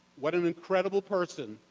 what an incredible person,